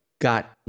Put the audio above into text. got